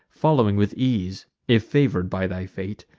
following with ease, if favor'd by thy fate,